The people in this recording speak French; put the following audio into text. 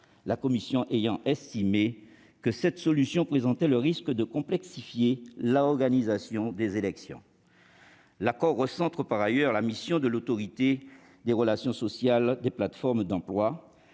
de vote. Elle a estimé que cette solution présentait le risque de complexifier l'organisation des élections. L'accord recentre par ailleurs la mission de l'Autorité des relations sociales des plateformes d'emploi